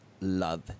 love